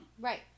Right